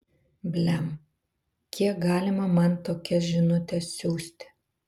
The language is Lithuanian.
blem kiek galima man tokias žinutes siųsti